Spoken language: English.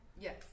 Yes